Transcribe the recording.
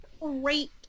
Great